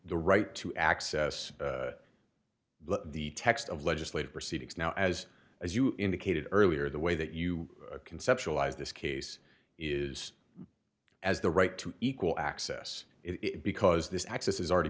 the right to access the text of legislative proceedings now as as you indicated earlier the way that you conceptualize this case is as the right to equal access it because this access is already